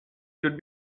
should